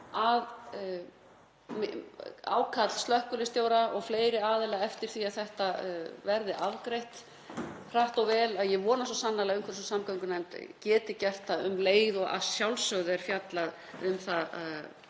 að ákall slökkviliðsstjóra og fleiri aðila eftir því að þetta verði afgreitt hratt og vel — ég vona svo sannarlega að umhverfis- og samgöngunefnd geti gert það um leið og að sjálfsögðu er fjallað um það